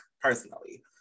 personally